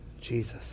Jesus